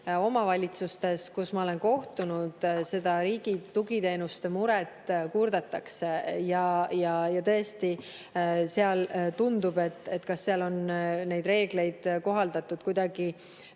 omavalitsustes, kellega ma olen kohtunud, seda riigi tugiteenuste muret kurdetakse. Ja tõesti, kohati tundub, et seal on neid reegleid kohaldatud kuidagi